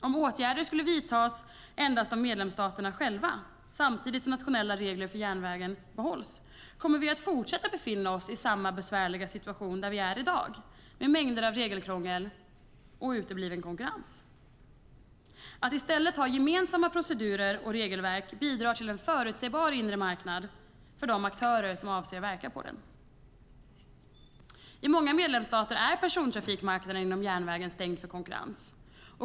Om åtgärder skulle vidtas endast av medlemsstaterna själva samtidigt som nationella regler för järnvägen behålls, kommer vi att fortsätta att befinna oss i samma besvärliga situation som i dag med mängder av regelkrångel och utebliven konkurrens. Att i stället ha gemensamma procedurer och regelverk bidrar till en förutsägbar inre marknad för de aktörer som avser att verka på den. I många medlemsstater är persontrafikmarknaden inom järnvägen stängd för konkurrens.